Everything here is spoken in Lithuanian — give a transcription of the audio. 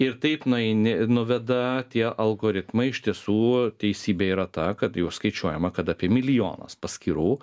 ir taip nueini nuveda tie algoritmai iš tiesų teisybė yra ta kad jau skaičiuojama kad apie milijonas paskyrų